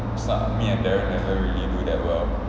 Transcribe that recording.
me and darren never really do that well